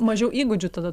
mažiau įgūdžių tada